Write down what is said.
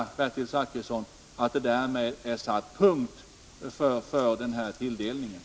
Detta behöver inte innebära att det därmed har satts punkt.